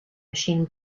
machine